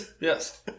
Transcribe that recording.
Yes